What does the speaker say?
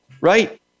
Right